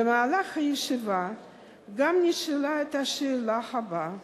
במהלך הישיבה גם נשאלה השאלה הבאה: